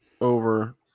over